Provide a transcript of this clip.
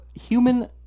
human